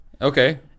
Okay